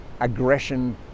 aggression